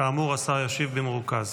כאמור, השר ישיב במרוכז.